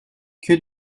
que